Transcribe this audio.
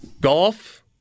golf